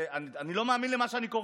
אני לא מאמין למה שאני קורא,